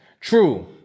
True